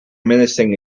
menacing